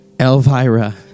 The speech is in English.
Elvira